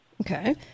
Okay